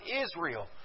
Israel